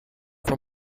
for